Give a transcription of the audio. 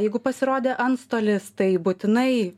jeigu pasirodė antstolis tai būtinai